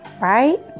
right